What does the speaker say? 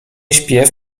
śpiew